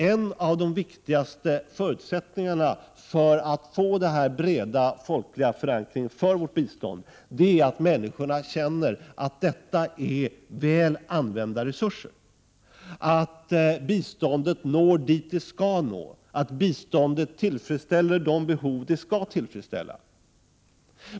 En av de viktigaste förutsättningarna för att få en bred folklig förankring för vårt bistånd är att människor känner att detta är väl använda resurser, att biståndet når dit det skall nå, att biståndet tillfredsställer de behov som det skall tillfredsställa.